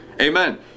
Amen